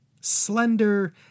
slender